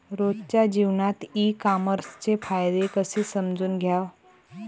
रोजच्या जीवनात ई कामर्सचे फायदे कसे समजून घ्याव?